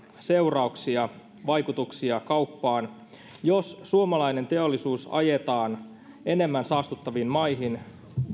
seurauksia vaikutuksia kauppaan jos suomalainen teollisuus ajetaan enemmän saastuttaviin maihin